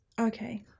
okay